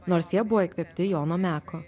nors jie buvo įkvėpti jono meko